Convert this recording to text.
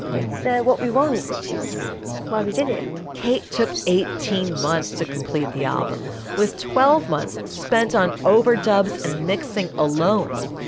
and so what we want. which is why we did it kate took eighteen months to complete the album with twelve months spent on overdubs and mixing alone.